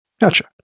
Gotcha